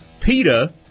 PETA